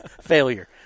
Failure